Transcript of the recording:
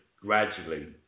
gradually